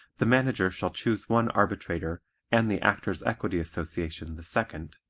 the manager shall choose one arbitrator and the actors' equity association the second.